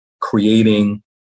creating